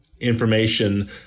information